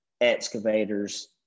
excavators